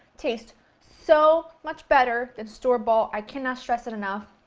tastes so much better than store bought, i cannot stress it enough.